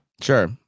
Sure